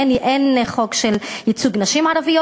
אין חוק של ייצוג נשים ערביות,